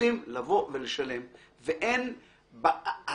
שרוצים לבוא ולשלם והכלים